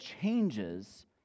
changes